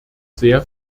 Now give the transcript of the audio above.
sehr